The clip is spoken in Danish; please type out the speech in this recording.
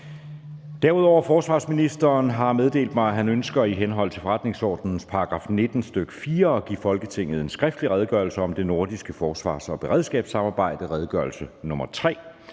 Derudover har forsvarsministeren (Troels Lund Poulsen) meddelt mig, at han ønsker i henhold til forretningsordenens § 19, stk. 4, at give Folketinget en skriftlig Redegørelse om det nordiske forsvars- og beredskabssamarbejde. (Redegørelse nr.